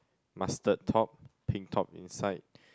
mustard top pink top inside